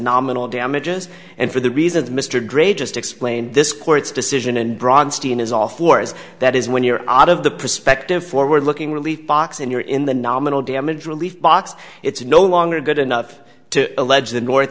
nominal damages and for the reasons mr grey just explained this court's decision and bronstein is off or is that is when you're out of the prospective forward looking relief box and you're in the nominal damage relief box it's no longer good enough to allege the north